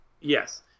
Yes